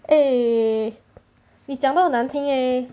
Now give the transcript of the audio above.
eh 你讲到很难听 eh